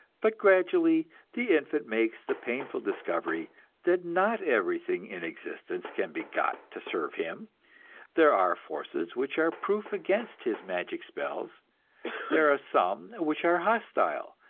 but gradually the infant makes the painful discovery that not everything in existence can be got to serve him there are forces which are proof against his magic spells there are some which are hostile,